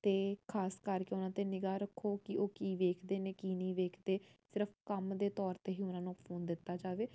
ਅਤੇ ਖ਼ਾਸ ਕਰਕੇ ਉਹਨਾਂ 'ਤੇ ਨਿਗ੍ਹਾ ਰੱਖੋ ਕਿ ਉਹ ਕੀ ਵੇਖਦੇ ਨੇ ਕੀ ਨਹੀਂ ਵੇਖਦੇ ਸਿਰਫ਼ ਕੰਮ ਦੇ ਤੌਰ 'ਤੇ ਹੀ ਉਹਨਾਂ ਨੂੰ ਫੋਨ ਦਿੱਤਾ ਜਾਵੇ